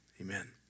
Amen